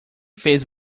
fez